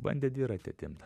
bandė dviratį atimt